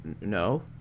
no